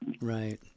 right